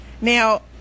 now